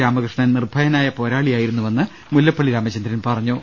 രാമകൃഷ്ണൻ നിർഭയനായ പോരാളി ആയിരുന്നുവെന്ന് മുല്ലപ്പള്ളി രാമചന്ദ്രൻ പറഞ്ഞു